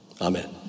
Amen